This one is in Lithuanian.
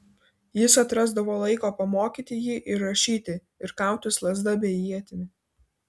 jis atrasdavo laiko pamokyti jį ir rašyti ir kautis lazda bei ietimi